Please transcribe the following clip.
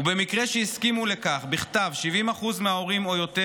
ובמקרה שהסכימו לכך בכתב 70% מההורים או יותר,